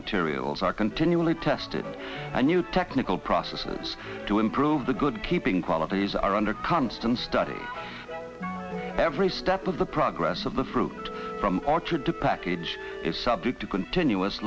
materials are continually tested and new technical processes to improve the good keeping qualities are under constant study every step of the progress of the fruit from orchard to packet it's subject to continuous